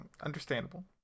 Understandable